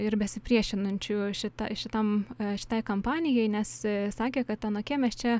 ir besipriešinančiųjų šita šitam šitai kampanijai nes sakė kad anokie mes čia